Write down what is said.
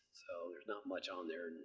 so there's not much on there.